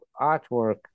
artwork